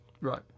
Right